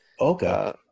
Okay